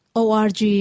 org